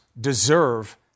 deserve